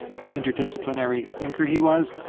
how interdisciplinary a thinker he was.